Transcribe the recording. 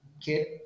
kid